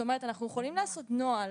אנחנו יכולים לעשות נוהל,